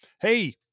Hey